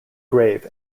grave